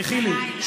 תסלחי לי.